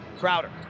Crowder